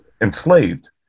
enslaved